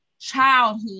childhood